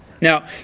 now